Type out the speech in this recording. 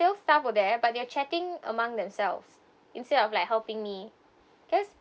few staff were there but they're chatting among themselves instead of like helping me cause